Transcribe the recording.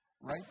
Right